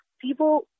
people